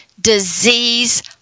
disease